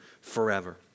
forever